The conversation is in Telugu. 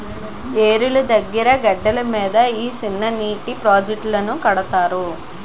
ఏరుల దగ్గిర గెడ్డల మీద ఈ సిన్ననీటి ప్రాజెట్టులను కడతారు